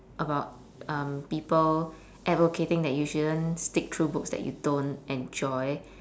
about um people advocating that you shouldn't stick through books that you don't enjoy